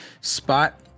spot